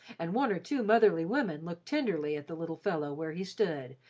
and one or two motherly women looked tenderly at the little fellow where he stood,